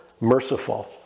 merciful